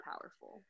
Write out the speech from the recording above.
powerful